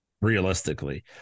realistically